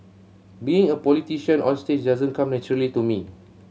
being a politician onstage doesn't come naturally to me